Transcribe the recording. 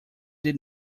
did